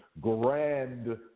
Grand